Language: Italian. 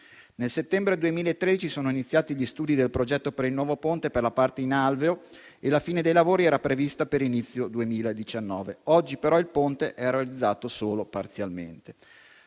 Nel settembre 2013 sono iniziati gli studi del progetto per il nuovo ponte per la parte in alveo; la fine dei lavori era prevista per l'inizio del 2019. Oggi però il ponte è realizzato solo parzialmente.